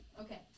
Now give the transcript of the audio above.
Okay